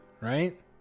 right